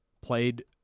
played